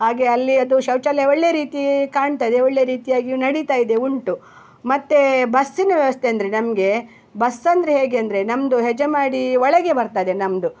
ಹಾಗೆ ಅಲ್ಲಿ ಅದು ಶೌಚಾಲಯ ಒಳ್ಳೆಯ ರೀತಿ ಕಾಣ್ತಾ ಇದೆ ಒಳ್ಳೆಯ ರೀತಿಯಾಗಿಯು ನಡಿತಾ ಇದೆ ಉಂಟು ಮತ್ತೆ ಬಸ್ಸಿನ ವ್ಯವಸ್ಥೆ ಅಂದರೆ ನಮಗೆ ಬಸ್ ಅಂದರೆ ಹೇಗೆ ಅಂದರೆ ನಮ್ಮದು ಹೆಜಮಾಡಿ ಒಳಗೆ ಬರ್ತದೆ ನಮ್ಮದು